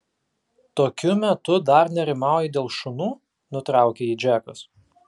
tokiu metu dar nerimauji dėl šunų nutraukė jį džekas